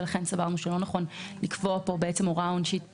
ולכן סברנו שלא נכון לקבוע פה הוראה עונשית פרטנית,